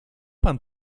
pan